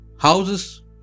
Houses